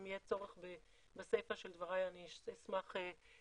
אם יהיה צורך בסיפא של דבריי אני אשמח להרחיב,